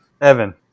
Evan